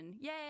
Yay